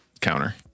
counter